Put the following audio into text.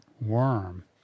worm